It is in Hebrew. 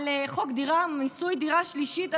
חוק מיסוי דירה שלישית,